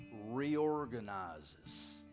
reorganizes